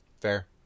Fair